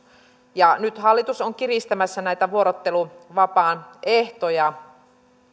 nyt hallitus on kiristämässä näitä vuorotteluvapaan ehtoja